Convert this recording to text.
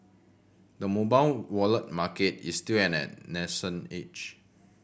the mobile wallet market is still at an nascent age